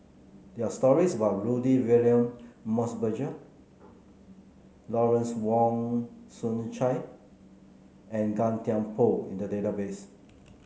there are stories about Rudy William Mosbergen Lawrence Wong Shyun Tsai and Gan Thiam Poh in the database